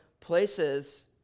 places